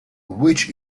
which